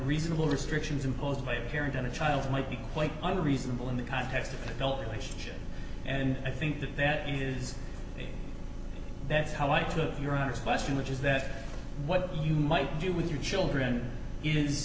reasonable restrictions imposed by a parent and a child might be quite unreasonable in the context of an adult relationship and i think that that is that's how i took your honest question which is that what you might do with your children is